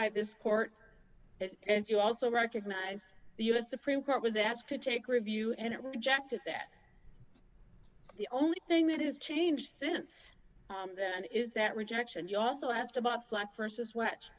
by this court and you also recognize the u s supreme court was asked to take review and it rejected that the only thing that has changed since then is that rejection you also asked about flat versus what